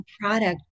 product